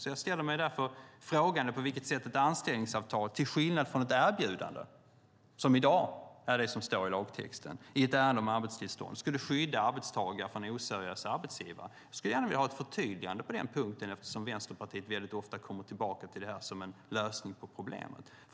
Därför ställer jag frågan på vilket sätt ett anställningsavtal, till skillnad från ett erbjudande, som i dag är det som står i lagtexten, i ett ärende om arbetstillstånd skulle skydda arbetstagare från oseriösa arbetsgivare. Jag skulle gärna vilja ha ett förtydligande på den punkten eftersom Vänsterpartiet ofta kommer tillbaka till detta som en lösning på problemet.